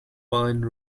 wine